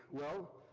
well,